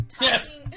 yes